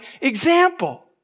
example